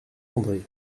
andré